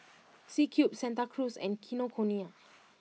C Cube Santa Cruz and Kinokuniya